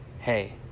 Hey